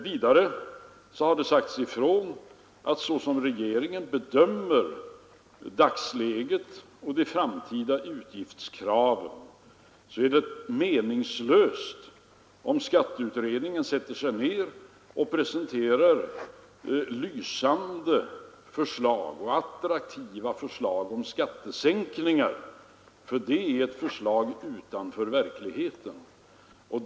Vidare har det sagts ifrån att såsom regeringen bedömer dagsläget och framtida utgiftskrav är det meningslöst att utredningen presenterar lysande och attraktiva förslag om skattesänkningar, ty det är förslag utanför verklighet.